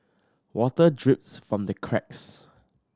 water drips from the cracks